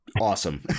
Awesome